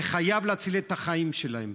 זה חייב, להציל את החיים שלהם,